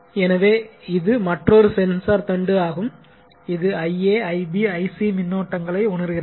எனவே இது மற்றொரு சென்சார் தண்டு ஆகும் இது ia ib ic மின் ஓட்டங்களை ஐ உணர்கிறது